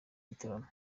gitaramo